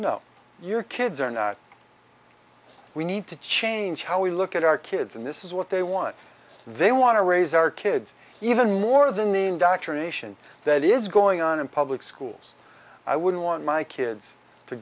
know your kids are we need to change how we look at our kids and this is what they want they want to raise our kids even more than the indoctrination that is going on in public schools i wouldn't want my kids to